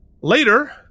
Later